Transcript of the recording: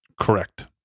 correct